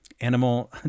Animal